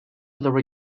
other